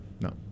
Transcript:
no